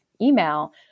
email